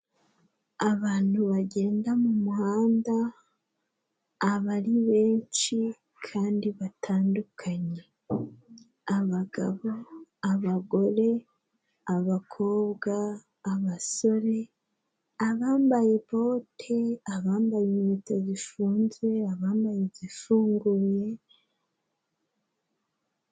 Abantu bagenda mu muhanda aba ari benshi kandi batandukanye: abagabo, abagore, abakobwa, abasore, abambaye bote, abambaye inkweto zifunze, abambaye izifunguye ...